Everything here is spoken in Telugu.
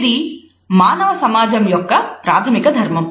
ఇది మానవ సమాజం యొక్క ప్రాథమిక ధర్మం